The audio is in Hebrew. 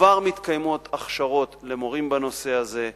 כבר מתקיימות הכשרות למורים בנושא הזה.